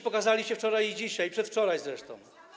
pokazaliście wczoraj i dzisiaj, i przedwczoraj zresztą.